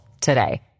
today